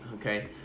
Okay